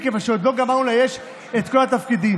מכיוון שעוד לא גמרנו לאייש את כל התפקידים,